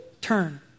Turn